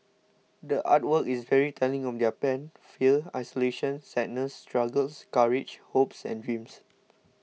the art work is very telling of their pain fear isolation sadness struggles courage hopes and dreams